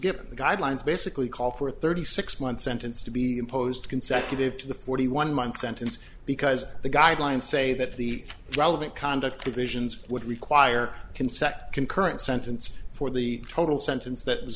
given the guidelines basically call for thirty six month sentence to be imposed consecutive to the forty one month sentence because the guidelines say that the relevant conduct divisions would require consent concurrent sentence for the total sentence that was